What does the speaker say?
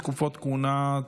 תקופות כהונה,